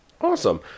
Awesome